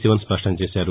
శివన్ స్పష్టం చేశారు